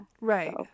Right